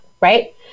right